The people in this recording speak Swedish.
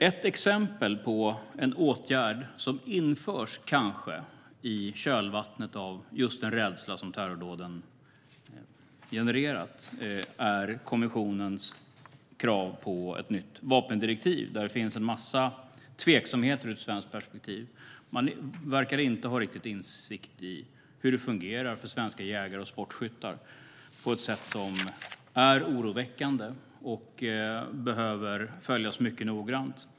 Ett exempel på en åtgärd som kanske införs i kölvattnet av just den rädsla som terrordåden genererat gäller kommissionens krav på ett nytt vapendirektiv. Där finns det en massa tveksamheter ur ett svenskt perspektiv. Man verkar inte riktigt ha insikt i hur det fungerar för svenska jägare och sportskyttar. Det är oroväckande, och detta behöver följas mycket noggrant.